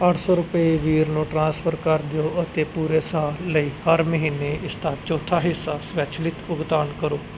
ਅੱਠ ਸੌ ਰੁਪਏ ਵੀਰ ਨੂੰ ਟ੍ਰਾਂਸਫਰ ਕਰ ਦਿਓ ਅਤੇ ਪੂਰੇ ਸਾਲ ਲਈ ਹਰ ਮਹੀਨੇ ਇਸਦਾ ਚੌਥਾ ਹਿੱਸਾ ਸਵੈਚਲਿਤ ਭੁਗਤਾਨ ਕਰੋ